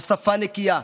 על שפה נקייה,